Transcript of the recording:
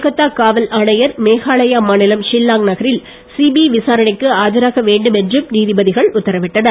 கொல்கத்தா காவல் ஆணையர் மேகாலயா மாநிலம் ஷில்லாங் நகரில் சிபிஐ விசாரணைக்கு ஆஜராக வேண்டும் என்று நீதிபதிகள் உத்தரவிட்டனர்